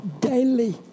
daily